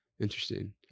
Interesting